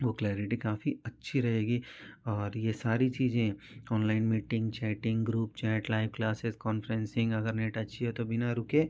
वह क्लियारिटी काफी अच्छी रहेगी और ये सारी चीज़ें online meeting chatting group chat live classes conferencing अगर नेट अच्छा है तो बिना रुके